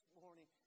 morning